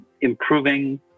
improving